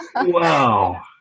wow